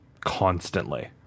constantly